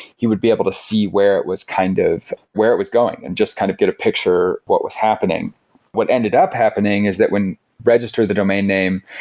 he would be able to see where it was kind of where it was going and just kind of get a picture what was happening what ended up happening is that when registered the domain name,